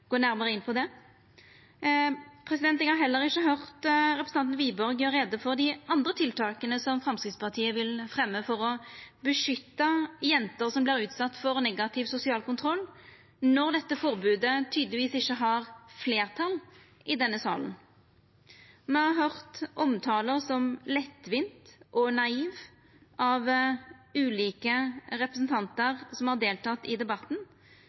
gå nærmare inn på det. Eg har heller ikkje høyrt representanten Wiborg gjera greie for dei andre tiltaka Framstegspartiet vil fremja for å beskytta jenter som vert utsette for negativ sosial kontroll, når dette forbodet tydelegvis ikkje har fleirtal i denne salen. Me har høyrt omtalar som lettvint og naivt frå ulike representantar som har delteke i debatten.